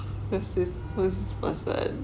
the fifth whose person